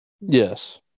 Yes